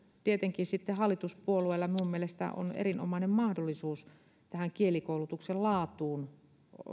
tietenkin hallituspuolueilla minun mielestäni on erinomainen mahdollisuus tähän kielikoulutuksen laatuun